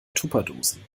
tupperdosen